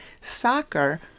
soccer